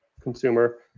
consumer